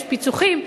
יש פיצוחים,